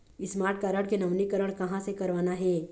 Smart card के नवीनीकरण कहां से करवाना हे?